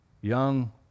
young